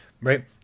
Right